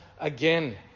again